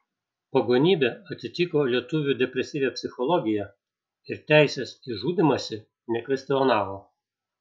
pagonybė atitiko lietuvių depresyvią psichologiją ir teisės į žudymąsi nekvestionavo